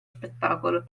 spettacolo